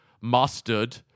mustard